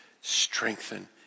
strengthen